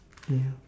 ya